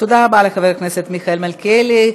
תודה רבה לחבר הכנסת מיכאל מלכיאלי.